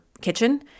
kitchen